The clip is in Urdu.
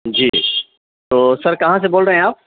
جی تو سر کہاں سے بول رہے ہیں آپ